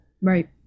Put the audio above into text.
Right